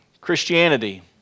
Christianity